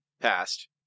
passed